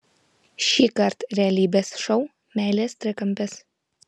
šįkart realybės šou meilės trikampis